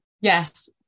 yes